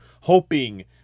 hoping